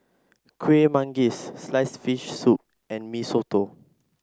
Kueh Manggis sliced fish soup and Mee Soto